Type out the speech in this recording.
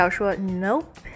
Nope